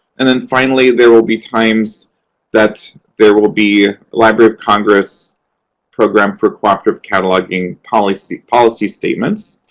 and then, finally, there will be times that there will be library of congress program for cooperative cataloging policy policy statements,